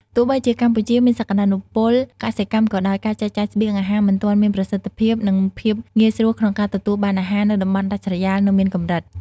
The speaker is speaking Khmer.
ទោះបីជាកម្ពុជាមានសក្តានុពលកសិកម្មក៏ដោយ ការចែកចាយស្បៀងអាហារមិនទាន់មានប្រសិទ្ធភាព និងភាពងាយស្រួលក្នុងការទទួលបានអាហារនៅតំបន់ដាច់ស្រយាលនៅមានកម្រិត។